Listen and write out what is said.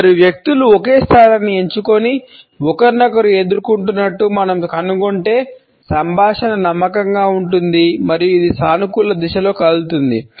ఇద్దరు వ్యక్తులు ఒకే స్థానాన్ని ఎంచుకుని ఒకరినొకరు ఎదుర్కొంటున్నట్లు మనం కనుగొంటే సంభాషణ నమ్మకంగా ఉంటుంది మరియు ఇది సానుకూల దిశలో కదులుతుంది